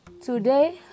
Today